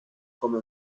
come